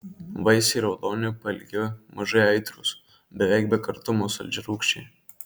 vaisiai raudoni pailgi mažai aitrūs beveik be kartumo saldžiarūgščiai